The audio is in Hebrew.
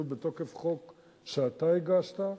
לדעתי, אפילו בתוקף חוק שאתה הגשת,